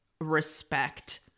respect